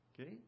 Okay